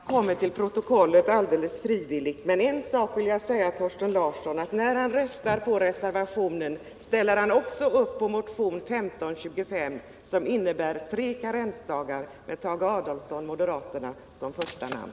Herr talman! Det är glädjande att detta kommit till protokollet alldeles frivilligt. Men en sak vill jag säga till Thorsten Larsson. När han röstar för reservationen 2 ställer han också upp på motion 1525 som innebär tre karensdagar. Den motionen har Tage Adolfsson, moderaterna, som första namn.